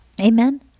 Amen